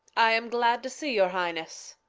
i am glad to see your highness.